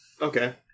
Okay